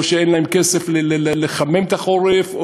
או שאין להם כסף לחמם בחורף,